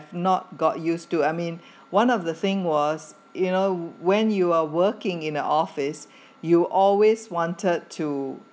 not got used to I mean one of the thing was you know when you are working in the office you always wanted to